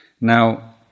Now